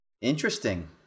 interesting